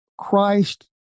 Christ